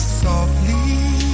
softly